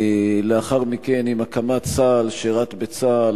לאחר מכן, עם הקמת צה"ל, שירת בצה"ל.